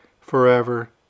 forever